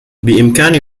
بإمكاني